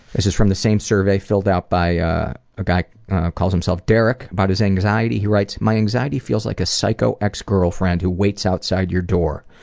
this is from the same survey filled out by a guy that calls himself derek. about his anxiety he writes my anxiety feels like a psycho ex-girlfriend who waits outside your door.